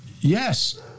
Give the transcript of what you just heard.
Yes